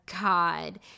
God